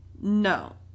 No